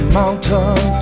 mountain